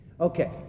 Okay